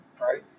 right